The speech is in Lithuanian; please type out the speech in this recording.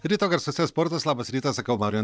ryto garsuose sportas labas rytas sakau mariui